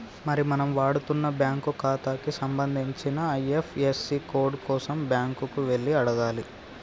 మరి మనం వాడుతున్న బ్యాంకు ఖాతాకి సంబంధించిన ఐ.ఎఫ్.యస్.సి కోడ్ కోసం బ్యాంకు కి వెళ్లి అడగాలి